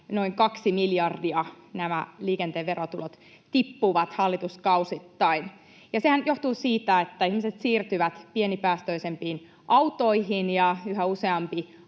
noin kaksi miljardia nämä liikenteen verotulot tippuvat hallituskausittain. Ja sehän johtuu siitä, että ihmiset siirtyvät pienipäästöisempiin autoihin ja yhä useampi